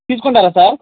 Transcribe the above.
తీసుకుంటారా సార్